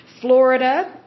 Florida